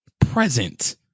present